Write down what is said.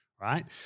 right